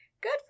good